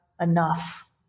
enough